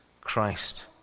Christ